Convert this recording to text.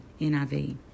NIV